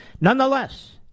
Nonetheless